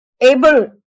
able